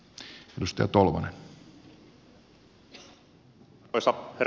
arvoisa herra puhemies